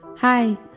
Hi